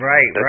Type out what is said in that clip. Right